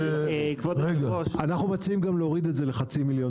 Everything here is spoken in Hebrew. אנחנו מציעים גם להוריד את זה ל- 0.5 מיליון